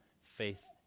faith